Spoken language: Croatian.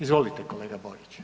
Izvolite kolega Borić.